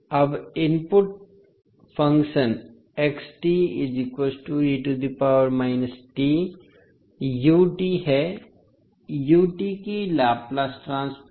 अब input function है ut की लाप्लास ट्रांसफॉर्म